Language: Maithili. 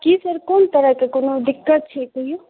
की सर कोन तरहके कोनो दिक्कत छै कहियौ